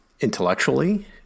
intellectually